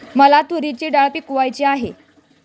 मला तूरीची डाळ पिकवायची आहे